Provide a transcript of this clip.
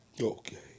Okay